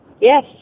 Yes